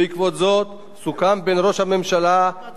שר האוצר והשר לביטחון הפנים על הקצאת